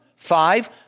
Five